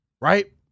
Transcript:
right